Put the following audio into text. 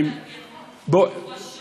הוא רשום כזכר.